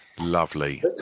Lovely